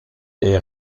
est